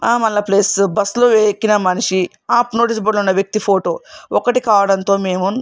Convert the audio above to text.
plus బస్సులో ఎక్కిన మనిషి ఆ నోటీస్ బోర్డులో ఉన్న వ్యక్తి ఫోటో ఒకటి కావడంతో మేము